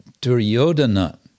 Duryodhana